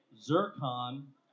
Zircon